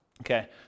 okay